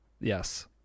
Yes